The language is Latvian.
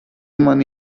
mani